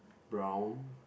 brown